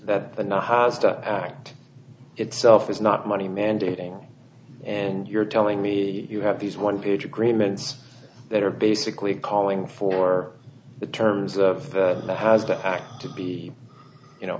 that the now has to act itself is not money mandating and you're telling me you have these one page agreements that are basically calling for the terms of that has to act to be you know